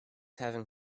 having